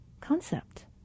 concept